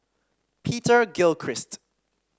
Peter Gilchrist